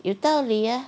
有道理